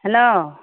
hello